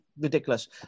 ridiculous